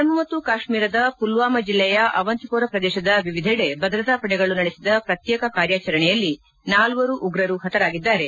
ಜಮ್ಮ ಮತ್ತು ಕಾಶ್ಮೀರದ ಪುಲ್ವಾಮಾ ಜಿಲ್ಲೆಯ ಅವಾಂತಿಮೋರ ಪ್ರದೇಶದ ವಿವಿಧೆಡೆ ಭದ್ರತಾ ಪಡೆಗಳು ನಡೆಸಿದ ಪ್ರತ್ಯೇಕ ಕಾರ್ಯಾಚರಣೆಯಲ್ಲಿ ನಾಲ್ವರು ಉಗ್ರರು ಪತರಾಗಿದ್ದಾರೆ